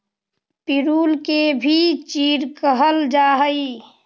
पिरुल के भी चीड़ कहल जा हई